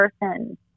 person